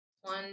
one